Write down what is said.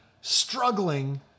struggling